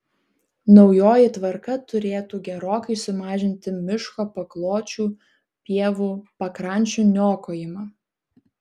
naujoji tvarka turėtų gerokai sumažinti miško pakločių pievų pakrančių niokojimą